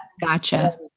Gotcha